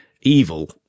evil